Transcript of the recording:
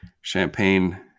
Champagne